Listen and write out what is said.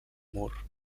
mur